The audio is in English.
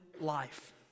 life